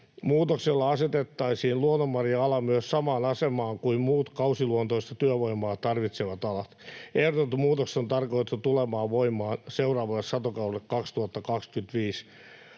Muutoksella asetettaisiin luonnonmarja-ala myös samaan asemaan kuin muut kausiluontoista työvoimaa tarvitsevat alat. Ehdotettu muutos on tarkoitettu tulemaan voimaan seuraavalle satokaudelle 2025.